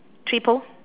three poles